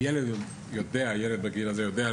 הילד יודע לדווח,